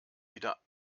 wieder